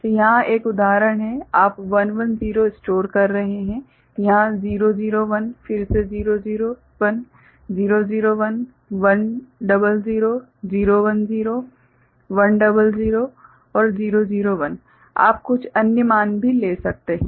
तो यहाँ एक उदाहरण है कि आप 110 स्टोर कर रहे हैं यहाँ 001 फिर से 001 001 100 010 100 001 आप कुछ अन्य मान भी ले सकते हैं